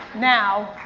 now,